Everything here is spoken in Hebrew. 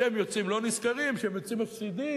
שהם יוצאים לא נשכרים, שהם יוצאים מפסידים.